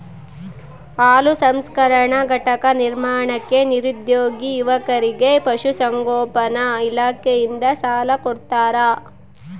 ಹಾಲು ಸಂಸ್ಕರಣಾ ಘಟಕ ನಿರ್ಮಾಣಕ್ಕೆ ನಿರುದ್ಯೋಗಿ ಯುವಕರಿಗೆ ಪಶುಸಂಗೋಪನಾ ಇಲಾಖೆಯಿಂದ ಸಾಲ ಕೊಡ್ತಾರ